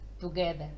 together